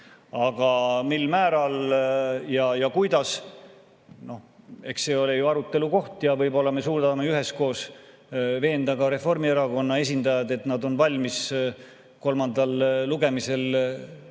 Aga mil määral ja kuidas? Eks see ole ju arutelu koht. Ja võib-olla me suudame üheskoos veenda ka Reformierakonna esindajaid, et nad on valmis kolmandal lugemisel sellele